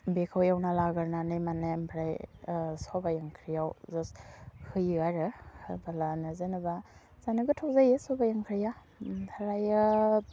बेखौ एवना लागोरनानै माने आमफ्राय सबाइ ओंख्रियाव जास्ट होयो आरो होबोलानो जेनेबा जानो गोथाव जायो सबाइ ओंख्रैया ओमफ्रायो